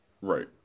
Right